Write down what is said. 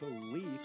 beliefs